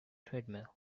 treadmill